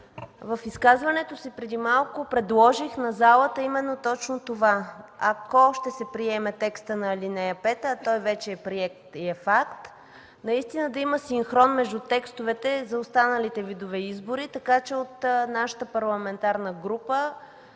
В изказването си преди малко предложих на залата именно точно това – ако ще се приеме текстът на ал. 5, а той вече е приет и е факт, наистина да има синхрон между текстовете за останалите видове избори. От нашата парламентарна група